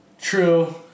True